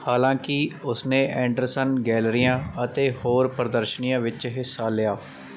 ਹਾਲਾਂਕਿ ਉਸਨੇ ਐਂਡਰਸਨ ਗੈਲਰੀਆਂ ਅਤੇ ਹੋਰ ਪ੍ਰਦਰਸ਼ਨੀਆਂ ਵਿੱਚ ਹਿੱਸਾ ਲਿਆ